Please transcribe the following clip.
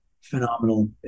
phenomenal